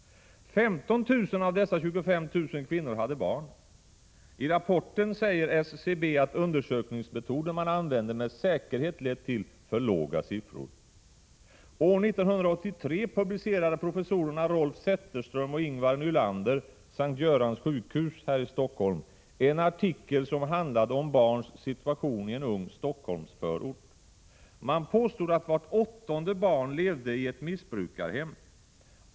15 000 av dessa 25 000 kvinnor hade barn. I rapporten säger SCB att den undersökningsmetod som använts med säkerhet lett till för låga siffror. År 1983 publicerade professorerna Rolf Zetterström och Ingvar Nylander, S:t Görans sjukhus i Stockholm, en artikel som handlade om barns situation i en ung Stockholmsförort. De påstod att vart åttonde barn levde i ett missbrukarhem.